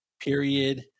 period